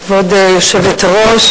כבוד היושבת-ראש,